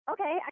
Okay